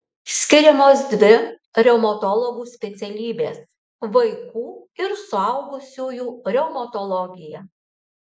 skiriamos dvi reumatologų specialybės vaikų ir suaugusiųjų reumatologija